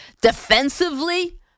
Defensively